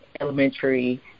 elementary